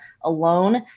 alone